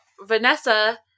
Vanessa